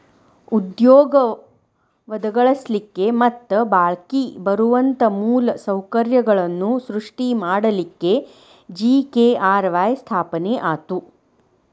ಉದ್ಯೋಗ ಒದಗಸ್ಲಿಕ್ಕೆ ಮತ್ತ ಬಾಳ್ಕಿ ಬರುವಂತ ಮೂಲ ಸೌಕರ್ಯಗಳನ್ನ ಸೃಷ್ಟಿ ಮಾಡಲಿಕ್ಕೆ ಜಿ.ಕೆ.ಆರ್.ವಾಯ್ ಸ್ಥಾಪನೆ ಆತು